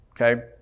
okay